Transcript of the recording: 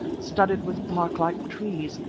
studded with park-like trees,